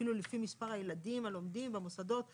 אפילו לפי מספר הילדים הלומדים במוסדות.